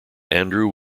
andrew